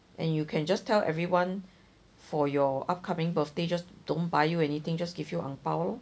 and you can just tell everyone for your upcoming birthday just don't buy you anything just give you ang bao lor